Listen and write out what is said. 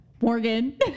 Morgan